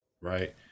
right